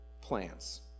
plants